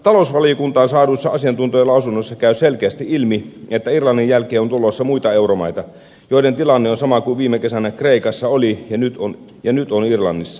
talousvaliokuntaan saaduissa asiantuntijalausunnoissa käy selkeästi ilmi että irlannin jälkeen on tulossa muita euromaita joiden tilanne on sama kuin viime kesänä kreikassa oli ja nyt on irlannissa